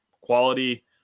quality